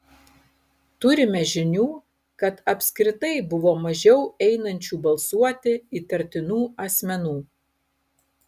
turime žinių kad apskritai buvo mažiau einančių balsuoti įtartinų asmenų